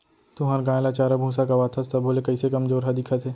तुंहर गाय ल चारा भूसा खवाथस तभो ले कइसे कमजोरहा दिखत हे?